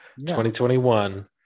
2021